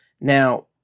Now